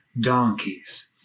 donkeys